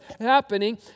happening